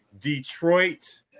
Detroit